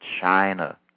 China